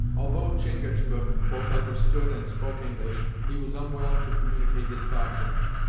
although chingachgook both understood and spoke english, he was unwilling to communicate his thoughts in it,